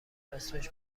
اسمش